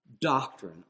Doctrine